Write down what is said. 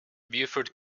buford